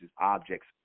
objects